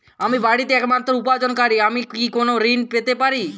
আমি বাড়িতে একমাত্র উপার্জনকারী আমি কি কোনো ঋণ পেতে পারি?